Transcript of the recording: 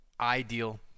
ideal